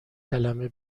کلمه